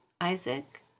Isaac